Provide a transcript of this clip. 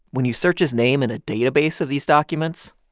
when you search his name in a database of these documents,